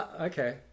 okay